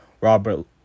Robert